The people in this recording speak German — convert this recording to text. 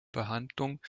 behandlung